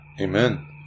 Amen